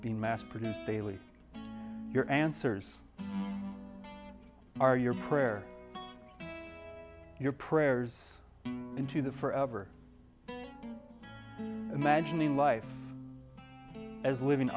being mass produced daily your answers are your prayer your prayers into the forever imagining life as living